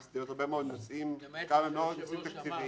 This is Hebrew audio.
הן מסדירות הרבה מאוד נושאים --- למעט מה שהיושב-ראש אמר.